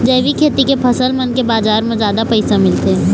जैविक खेती के फसल मन के बाजार म जादा पैसा मिलथे